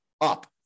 up